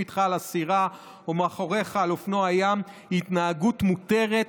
איתך על הסירה או מאחוריך על אופנוע הים היא התנהגות מותרת,